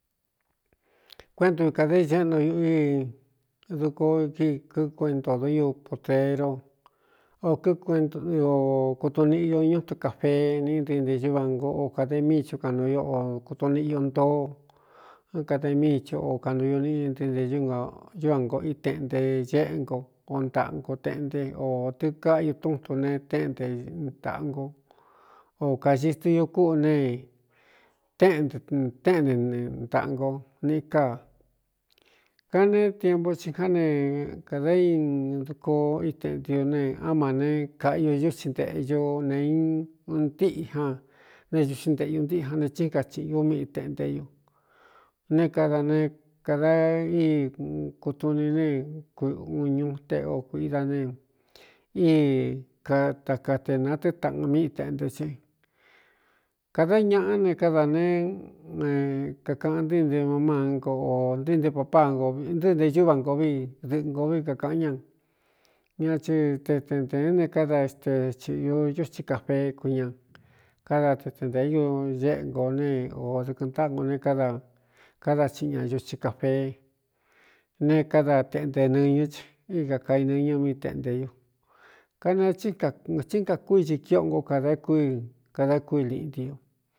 Kuéꞌntu i kāda iséꞌno uꞌú i duko íi k kuento doi podero ō k o kutun niꞌiño ñu tu cafee nī ntɨɨ nte ñúva ngo o kādemíi chu kan nuu o o kutun niꞌi u ntōo án kademíi chɨ o kanu ñu nꞌ ntɨɨ nte ñúvā ngo i teꞌnte ñéꞌnko o ntaꞌnko teꞌnte ō tɨ kaꞌiu túntu ne téꞌnte ntāꞌango o kāci stɨu kúꞌū ne téꞌne téꞌnte ntaꞌango nīꞌi káa kan ne tiempu tsi já ne kāda ín duko iteꞌnde u ne á ma ne kaꞌ yo ñútsi ntēꞌñu ne untíꞌjñan ne ūtsí ntēꞌe u ntíꞌi jan ne thín ka tsīꞌn ñú mí iteꞌnté ñu né kada ne kada íi kutuni ne kuuun ñu teꞌo kuida ne íi katakate na tɨ́ taꞌu míi teꞌnte cí kādá ñaꞌa ne káda ne e kakaꞌan ntɨɨ nte ma mángo ō ntɨɨ́ nte papáa ntɨɨ nte ñúva ngo vi dɨꞌɨ ngo vi kākāꞌan ña ñá ti te tentēén ne káda xte cīꞌñu ñutsi cafee kun ña káda te tentē ñu ñéꞌe ngo ne ō dɨkɨꞌɨn ntáꞌngo ne káda káda chiꞌi ña ñutsi cafeé ne káda teꞌnte nɨñɨ i kākainɨñɨ míi teꞌnte ñu kanetín kakúi ci kiꞌꞌo nko kadā kú i kadā kúi liꞌti u.